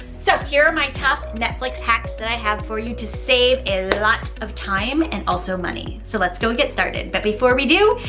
so here are my top netflix hacks that i have for you to save a lot of time and also money. so let's go and get started. but before we do,